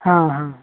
हाँ हाँ हाँ